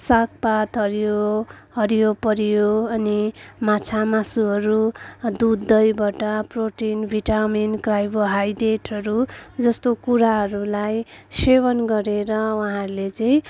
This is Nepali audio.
सागपात हरियो हरियोपरियो अनि माछामासुहरू दुधदहीबाट प्रोटिन भिटामिन कार्बोहाइड्रेटहरू जस्तो कुराहरूलाई सेवन गरेर उहाँहरूले चाहिँ